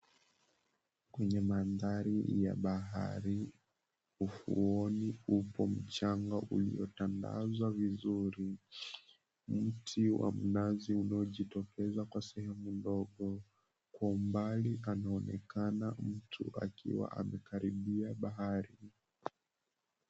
Kwenye mandhari ya bahari ufuoni upo mchanga uliotandazwa vizuri. Mti wa mnazi unaojitokeza kwa sehemu ndogo. Kwa umbali panaonekana mtu akiwa amekaribia bahari.